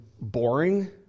boring